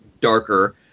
darker